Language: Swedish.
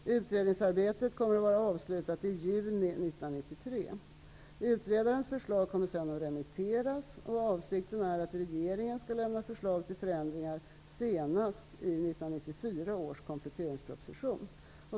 Utredningsarbetet kommer att vara avslutat i juni 1993. Utredarens förslag kommer sedan att remitteras, och avsikten är att regeringen skall lämna förslag till förändringar senast i 1994 års kompletteringsproposition.